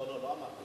לא, לא.